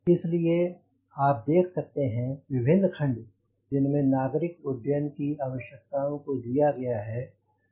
इसलिए आप देख सकते हैं विभिन्न खंड जिनमें नागरिक उड्डयन की आवश्यकताओं को दिया गया है